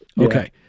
okay